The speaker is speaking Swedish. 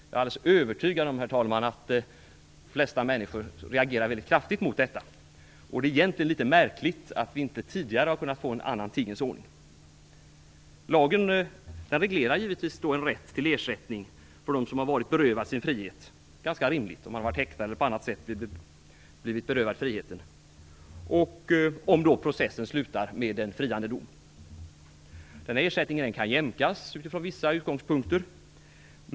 Jag är, herr talman, alldeles övertygad om att de flesta människor reagerar mycket kraftigt mot detta. Det är egentligen litet märkligt att vi inte tidigare har kunnat få en annan tingens ordning. Lagen reglerar givetvis en rätt till ersättning för dem som har blivit berövade friheten. Det är ganska rimligt om man har blivit berövad friheten och om processen slutar med en friande dom. Denna ersättning kan jämkas utifrån vissa utgångspunkter.